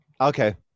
Okay